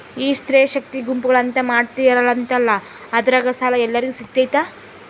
ಈ ಸ್ತ್ರೇ ಶಕ್ತಿ ಗುಂಪುಗಳು ಅಂತ ಮಾಡಿರ್ತಾರಂತಲ ಅದ್ರಾಗ ಸಾಲ ಎಲ್ಲರಿಗೂ ಸಿಗತೈತಾ?